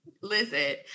Listen